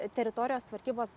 teritorijos tvarkybos